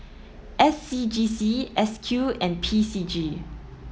S C G C S Q and P C G